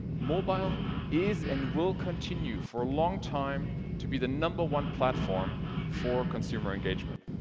mobile is and will continue for a long time to be the number one platform for consumer engagement.